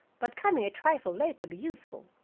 but coming a trifle late to be useful,